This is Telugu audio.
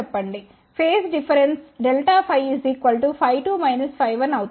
ఫేస్ డిఫరెన్స్ Δφ φ2 φ1 అవుతుంది